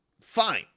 fine